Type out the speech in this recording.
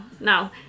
no